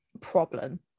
problem